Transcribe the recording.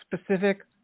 specific